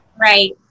Right